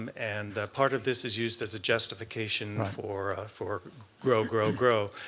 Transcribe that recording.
and and part of this is used as a justification for for grow, grow, grow.